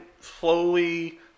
slowly